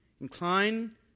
Incline